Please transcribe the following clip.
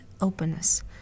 openness